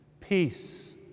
peace